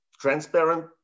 transparent